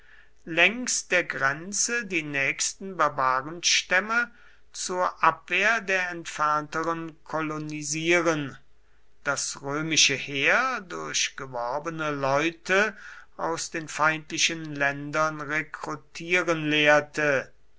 längs der grenze die nächsten barbarenstämme zur abwehr der entfernteren kolonisieren das römische heer durch geworbene leute aus den feindlichen ländern rekrutieren lehrte